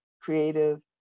creative